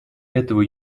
этого